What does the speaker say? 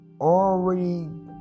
Already